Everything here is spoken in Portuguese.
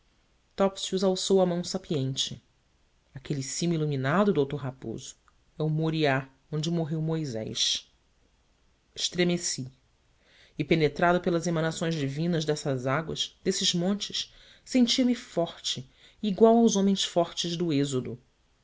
topsius alçou a mão sapiente aquele cimo iluminado d raposo é o moriá onde morreu moisés estremeci e penetrado pelas emanações divinas dessas águas desses montes sentia-me forte e igual aos homens fortes do êxodo